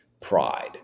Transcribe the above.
pride